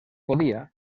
podia